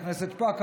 חברת הכנסת שפק,